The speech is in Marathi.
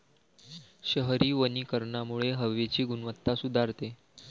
शहरी वनीकरणामुळे हवेची गुणवत्ता सुधारते